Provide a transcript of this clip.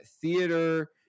theater